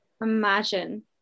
Imagine